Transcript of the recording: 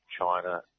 China